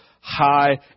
high